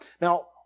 Now